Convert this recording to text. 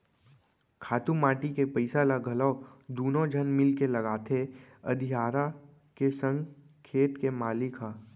खातू माटी के पइसा ल घलौ दुनों झन मिलके लगाथें अधियारा के संग खेत के मालिक ह